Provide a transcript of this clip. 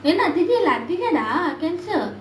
என்ன திடீர்னு:enna thideernu ticket ah cancel